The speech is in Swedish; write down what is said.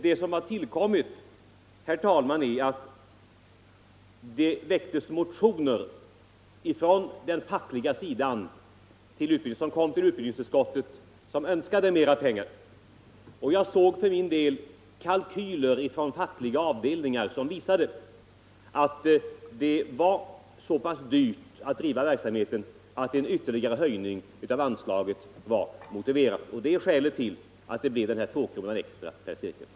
Det som har tillkommit, herr talman, är att det väcktes motioner från den fackliga sidan som kom till utbildningsutskottet och där man önskade mera pengar. Jag såg för min del kalkyler från fackliga avdelningar som visade att det var så pass dyrt att driva verksamheten att en ytterligare höjning av anslaget var motiverad, och det är skälet till att det blev den här tvåkronan extra per cirkel.